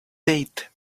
date